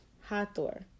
Hathor